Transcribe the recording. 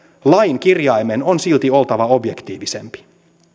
lain kirjaimen on silti oltava objektiivisempi